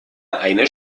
eine